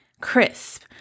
crisp